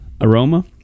Aroma